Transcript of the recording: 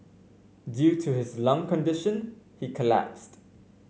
due to his lung condition he collapsed